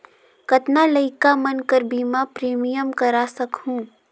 कतना लइका मन कर बीमा प्रीमियम करा सकहुं?